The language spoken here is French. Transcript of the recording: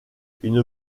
une